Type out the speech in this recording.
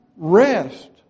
rest